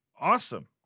awesome